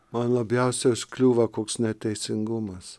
man labiausiai užkliūva koks neteisingumas